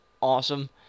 awesome